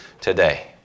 today